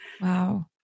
Wow